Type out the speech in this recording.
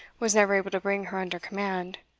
was never able to bring her under command.